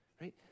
Right